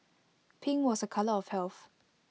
pink was A colour of health